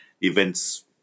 events